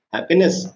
Happiness